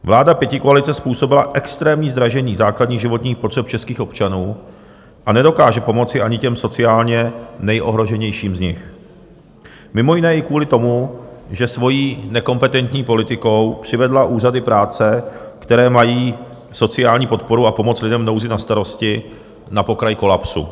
Vláda pětikoalice způsobila extrémní zdražení základních životních potřeb českých občanů a nedokáže pomoci ani těm sociálně nejohroženějším z nich, mimo jiné i kvůli tomu, že svojí nekompetentní politikou přivedla úřady práce, které mají sociální podporu a pomoc lidem v nouzi na starosti, na pokraj kolapsu.